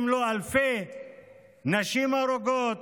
אם לא אלפי הנשים ההרוגות,